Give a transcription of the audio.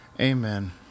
Amen